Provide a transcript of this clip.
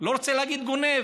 לא רוצה להגיד גונב,